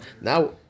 Now